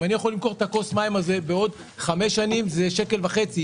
אם אני יכול למכור את הכוס מים הזאת בעוד 5 זה שקל וחצי,